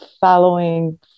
following